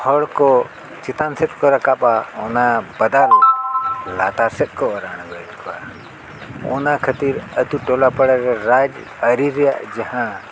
ᱦᱚᱲ ᱠᱚ ᱪᱮᱛᱟᱱ ᱥᱮᱫ ᱠᱚ ᱨᱟᱠᱟᱵᱼᱟ ᱚᱱᱟ ᱵᱟᱫᱟᱞ ᱞᱟᱛᱟᱨ ᱥᱮᱫ ᱠᱚ ᱚᱨ ᱟᱸᱲᱜᱚᱭᱮᱫ ᱠᱚᱣᱟ ᱚᱱᱟ ᱠᱷᱟᱹᱛᱤᱨ ᱟᱛᱳ ᱴᱚᱞᱟ ᱯᱟᱲᱟ ᱨᱮ ᱨᱟᱡᱽ ᱟᱹᱨᱤ ᱨᱮᱭᱟᱜ ᱡᱟᱦᱟᱸ